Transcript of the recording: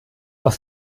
aus